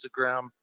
Instagram